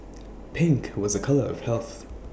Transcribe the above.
pink was A colour of health